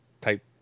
type